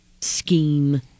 scheme